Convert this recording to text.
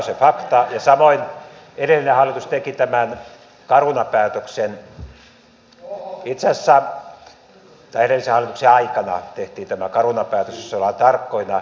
ja samoin edellinen hallitus teki tämän caruna päätöksen tai edellisen hallituksen aikana tehtiin tämä caruna päätös jos ollaan tarkkoina